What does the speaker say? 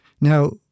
Now